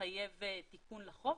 מחייב תיקון לחוק